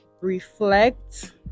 reflect